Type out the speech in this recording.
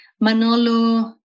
Manolo